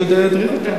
שהוא ידריך אותם.